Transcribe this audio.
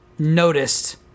noticed